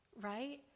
right